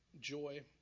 joy